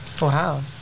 Wow